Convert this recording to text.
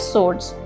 Swords